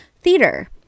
theater